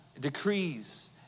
decrees